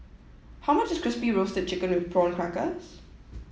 how much is Crispy Roasted Chicken with Prawn Crackers